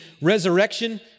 resurrection